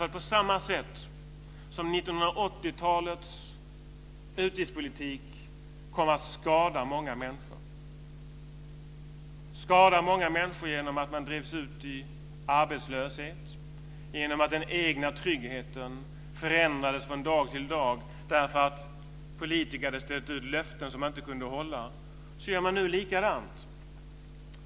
1980-talets utgiftspolitik kom att skada många människor genom att de drevs ut i arbetslöshet. Den egna tryggheten förändrades från dag till dag, därför att politiker hade ställt ut löften som de inte kunde hålla. Nu gör man likadant.